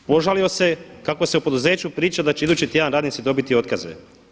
Požalio se kako se u poduzeću priča da će idući tjedan radnici dobiti otkaze.